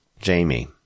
Jamie